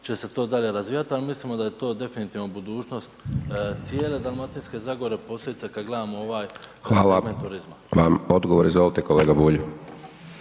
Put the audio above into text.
će se to dalje razvijat, al mislimo da je to definitvno budućnost cijele Dalmatinske zagore posebice kad gledamo ovaj segment turizma. **Hajdaš Dončić, Siniša